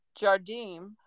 Jardim